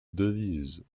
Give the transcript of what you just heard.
devise